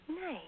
Nice